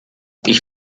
ich